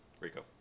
Rico